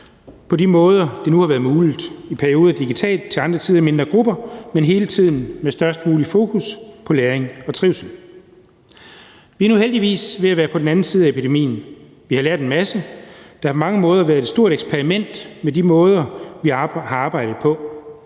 på de måder, det nu har været muligt – i perioder digitalt, til andre tider i mindre grupper, men hele tiden med størst muligt fokus på læring og trivsel. Vi er nu heldigvis ved at være på den anden side af epidemien. Vi har lært en masse. Det har på mange måder været et stort eksperiment med de måder, vi har arbejdet på.